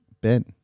Ben